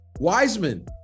Wiseman